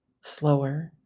slower